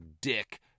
Dick